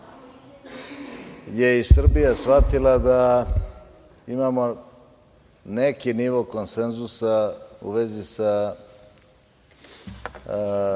je i Srbija shvatila da imamo neki nivo konsenzusa u vezi sa